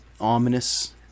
ominous